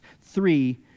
Three